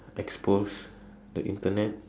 expose the Internet